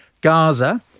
Gaza